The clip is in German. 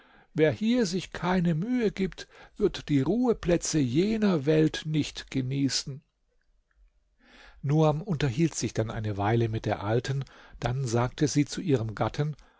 wer hier sich keine mühe gibt wird die ruheplätze jener welt nicht genießen nuam unterhielt sich dann eine weile mit der alten dann sagte sie zu ihrem gatten